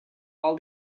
all